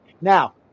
Now